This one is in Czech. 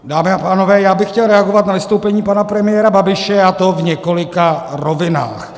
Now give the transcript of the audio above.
Dámy a pánové, já bych chtěl reagovat na vystoupení pana premiéra Babiše, a to v několika rovinách.